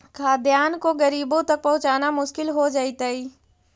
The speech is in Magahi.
खाद्यान्न को गरीबों तक पहुंचाना मुश्किल हो जइतइ